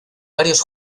varios